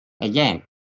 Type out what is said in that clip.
again